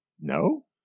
No